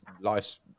life's